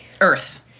Earth